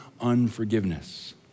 unforgiveness